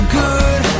good